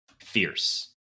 fierce